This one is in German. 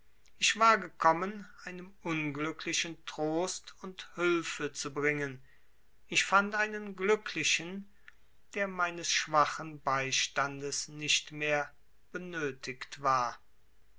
ich war gekommen einem unglücklichen trost und hülfe zu bringen ich fand einen glücklichen der meines schwachen beistandes nicht mehr benötigt war